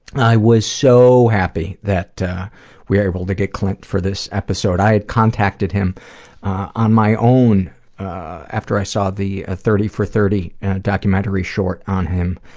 i was so happy that we were able to get clint for this episode. i had contacted him on my own after i saw the thirty for thirty documentary short on him,